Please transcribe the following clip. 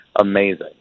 amazing